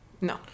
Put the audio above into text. No